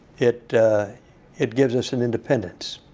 it it gives us an independence.